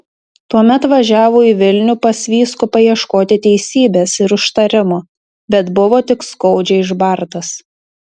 tuomet važiavo į vilnių pas vyskupą ieškoti teisybės ir užtarimo bet buvo tik skaudžiai išbartas